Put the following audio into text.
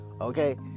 Okay